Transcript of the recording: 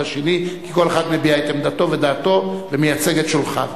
בשני כי כל אחד מביע את עמדתו ודעתו ומייצג את שולחיו.